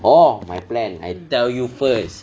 orh my plan I tell you first